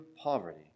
poverty